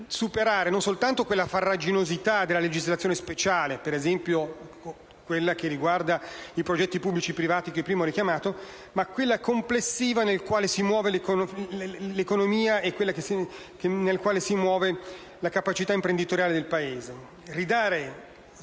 superare non soltanto la farraginosità della legislazione speciale, ad esempio quella che riguarda i progetti pubblico‑privati che prima ho richiamato, ma quella complessiva, nel quale si muove l'economia e la capacità imprenditoriale del Paese.